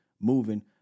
moving